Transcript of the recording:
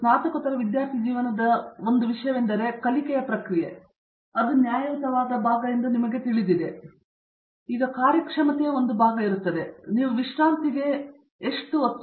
ಸ್ನಾತಕೋತ್ತರ ವಿದ್ಯಾರ್ಥಿ ಜೀವನದಲ್ಲಿ ಒಂದು ವಿಷಯವೆಂದರೆ ನಿಮ್ಮ ಕಲಿಕೆಯ ಪ್ರಕ್ರಿಯೆಯ ನ್ಯಾಯಯುತವಾದ ಭಾಗವೆಂದು ನಿಮಗೆ ತಿಳಿದಿರುವ ಅಂಶವೆಂದರೆ ನಿಮ್ಮ ಕಾರ್ಯಕ್ಷಮತೆಯ ಒಂದು ಭಾಗವು ನೀವು ವಿಶ್ರಾಂತಿಗೆ ಮತ್ತು ಎಷ್ಟು ಚೆನ್ನಾಗಿ ಸಂವಹನ ನಡೆಸುತ್ತೀರಿ ಎಂದು ನಾನು ಭಾವಿಸುತ್ತೇನೆ